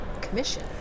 commission